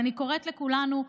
אני קוראת לכולנו: